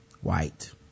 white